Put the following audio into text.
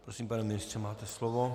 Prosím, pane ministře, máte slovo.